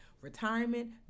retirement